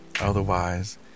Otherwise